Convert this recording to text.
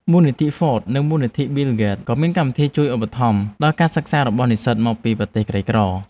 មូលនិធិហ្វត (Ford)និងមូលនិធិប៊ីលហ្គេត(Bill Gates) ក៏មានកម្មវិធីជួយឧបត្ថម្ភដល់ការសិក្សារបស់និស្សិតមកពីប្រទេសក្រីក្រ។